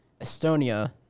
Estonia